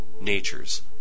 natures